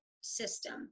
system